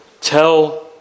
tell